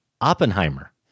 Oppenheimer